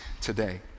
today